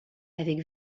avec